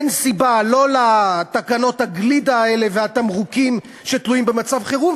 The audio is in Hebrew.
אין סיבה לא לתקנות הגלידה האלה והתמרוקים שתלויים במצב חירום,